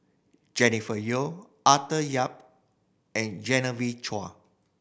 Jennifer Yeo Arthur Yap and Genevieve Chua